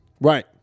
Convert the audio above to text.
Right